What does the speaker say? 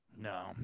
No